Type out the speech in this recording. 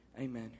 Amen